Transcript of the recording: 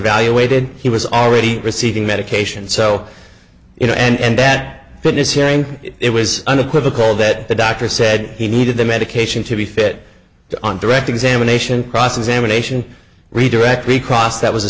evaluated he was already receiving medication so you know and that witness hearing it was unequivocal that the doctor said he needed the medication to be fit to on direct examination cross examination redirect recross that was a